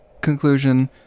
conclusion